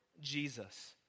Jesus